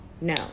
No